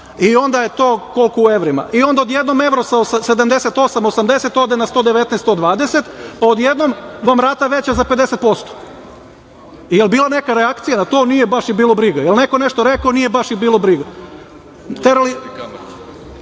Onda je to koliko u evrima. Onda odjednom evra sa 78, 80 ode na 119, 120, pa vam je odjednom rata veća za 50%. Jel bila neka reakcija na to? Nije, baš ih je bilo briga. Jel neko nešto rekao? Nije, baš ih je bilo briga.